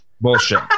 Bullshit